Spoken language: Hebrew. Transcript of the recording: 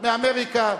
מאמריקה,